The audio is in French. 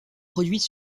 produite